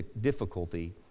difficulty